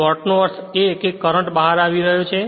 dot નો અર્થ એ થાય છે કે કરંટ બહાર આવી રહ્યો છે